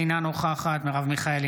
אינה נוכחת מרב מיכאלי,